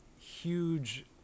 huge